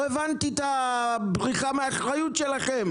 לא הבנתי את הבריחה מאחריות שלכם.